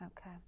Okay